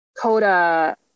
Coda